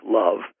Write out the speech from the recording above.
love